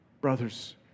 brothers